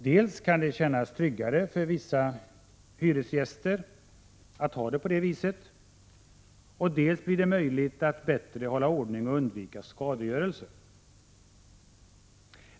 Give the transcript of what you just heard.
Dels kan det kännas tryggare för vissa hyresgäster att ha det på det viset, dels blir det möjligt att bättre hålla ordning och undvika skadegörelse.